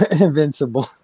Invincible